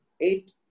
eight